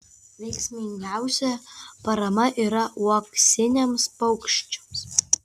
veiksmingiausia parama yra uoksiniams paukščiams